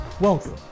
Welcome